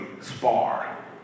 spar